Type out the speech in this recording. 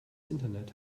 internet